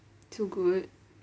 so good